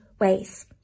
ways